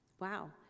Wow